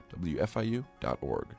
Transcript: wfiu.org